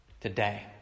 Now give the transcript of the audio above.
today